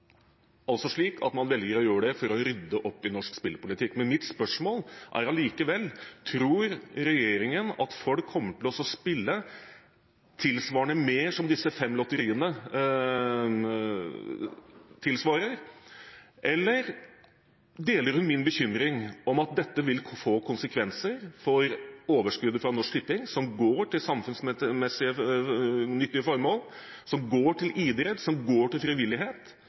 altså å gjøre det for å rydde opp i norsk spillpolitikk. Men mitt spørsmål er allikevel om regjeringen tror at folk kommer til å spille tilsvarende mer – tilsvarende disse fem lotteriene – eller deler man min bekymring om at dette vil få konsekvenser for overskuddet til Norsk Tipping som går til samfunnsnyttige forhold, idrett og frivillighet. Ser ikke kulturministeren at det kan få de konsekvensene? Mitt spørsmål er: Hvis dette blir konsekvensene, har kulturministeren et motsvar til